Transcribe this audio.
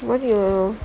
what did you